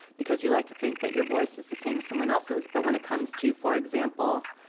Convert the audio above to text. because you like to think that your voice is the same as someone else's but when it comes to, for example,